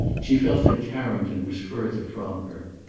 she felt that carrington was further from her.